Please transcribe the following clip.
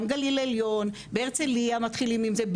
גם גליל עליון בהרצליה מתחילים עם זה,